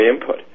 input